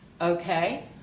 Okay